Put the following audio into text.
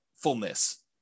Fullness